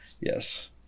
yes